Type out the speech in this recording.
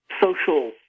social